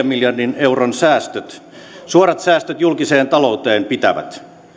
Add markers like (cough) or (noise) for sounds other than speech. (unintelligible) miljardin euron suorat säästöt julkiseen talouteen pitävät